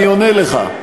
אני עונה לך,